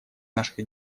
наших